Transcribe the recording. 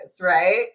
right